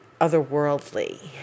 otherworldly